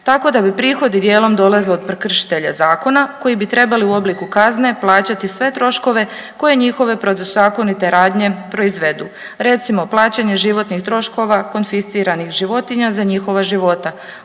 tako da bi prihodi dijelom dolazili od prekršitelja zakona koji bi trebali u obliku kazne plaćati sve troškove koje njihove protuzakonite radnje proizvedu. Recimo plaćanje životnih troškova konfisciranih životinja za njihova života,